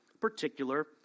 particular